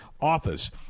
Office